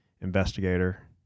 investigator